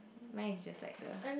mine is just like the